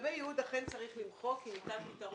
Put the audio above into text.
לגבי (י) אכן צריך למחוק כי נמצא פתרון